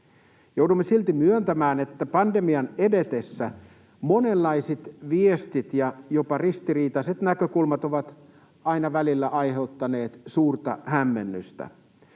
Joudumme silti myöntämään, että pandemian edetessä monenlaiset viestit ja jopa ristiriitaiset näkökulmat ovat aina välillä aiheuttaneet suurta hämmennystä.